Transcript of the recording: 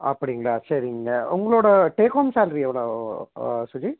அப்படிங்களா சரிங்க உங்களோட டேக் ஹோம் சேலரி எவ்வளோ சுஜி